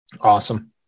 Awesome